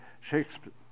Shakespeare